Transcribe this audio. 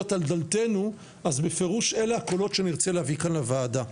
על דלתנו אז בפירוש אלה הקולות שנרצה להביא כאן לוועדה.